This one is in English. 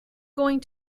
going